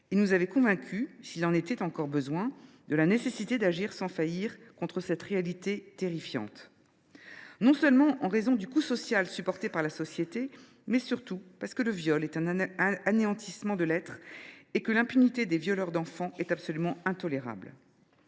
ci nous a convaincus, s’il en était encore besoin, de la nécessité d’agir sans faillir contre cette réalité terrifiante, non seulement en raison du coût social que ce fléau fait peser sur la société, mais surtout parce que le viol est un anéantissement de l’être et que l’impunité des violeurs d’enfants est absolument intolérable.